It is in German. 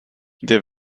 der